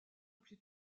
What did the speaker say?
plus